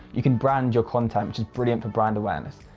you can brand your content, which is brilliant for brand awareness.